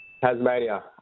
Tasmania